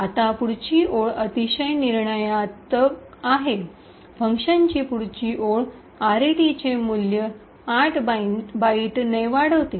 आता पुढची ओळ अतिशय निर्णायक आहे फंक्शनची पुढची ओळ आरईटीचे मूल्य 8 बाइटने वाढवते